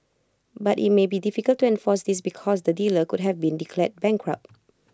but IT may be difficult to enforce this because the dealer could have been declared bankrupt